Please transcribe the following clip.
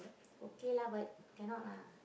okay lah but cannot lah